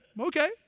okay